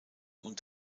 und